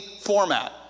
format